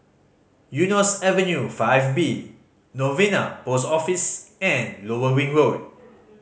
Eunos Avenue Five B Novena Post Office and Lower Ring Road